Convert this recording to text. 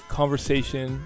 conversation